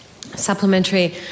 Supplementary